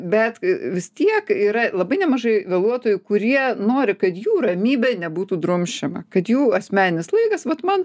bet vis tiek yra labai nemažai vėluotojų kurie nori kad jų ramybė nebūtų drumsčiama kad jų asmeninis laikas vat man